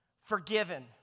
forgiven